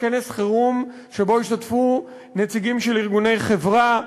כנס חירום שבו השתתפו נציגים של ארגוני חברה,